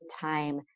time